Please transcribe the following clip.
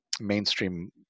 mainstream